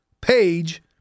Page